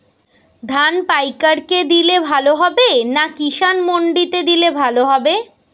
ধান পাইকার কে দিলে ভালো হবে না কিষান মন্ডিতে দিলে ভালো হবে?